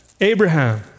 Abraham